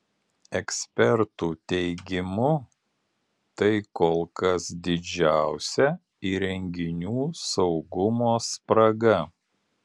ekspertų teigimu tai kol kas didžiausia įrenginių saugumo spraga